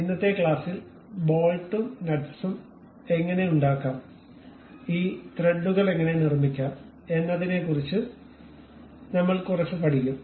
ഇന്നത്തെ ക്ലാസ്സിൽ ബോൾട്ടും നട്ട്സും എങ്ങനെ ഉണ്ടാക്കാം ഈ ത്രെഡുകൾ എങ്ങനെ നിർമ്മിക്കാം എന്നതിനെക്കുറിച്ച് നമ്മൾ കുറച്ച് പഠിക്കും